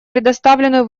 предоставленную